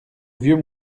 vieux